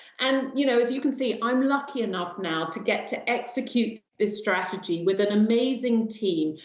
and you know as you can see, i'm lucky enough now to get to execute this strategy with an amazing team.